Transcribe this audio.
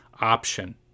option